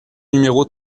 numéro